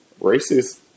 racist